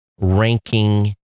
ranking